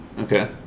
Okay